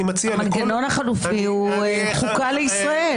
מציע לכל --- המנגנון החלופי הוא חוקה לישראל.